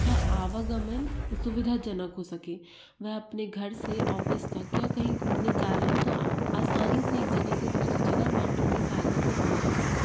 का आवागमन सुविधाजनक हो सके वह अपने घर से ऑफिस था क्या कहीं घूमने जा रहे हैं तो आ आसानी से एक जगह से दूसरी जगह मेट्रो की सहायता से पहुंच सके